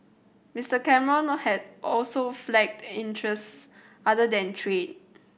Mister Cameron had also flagged interests other than trade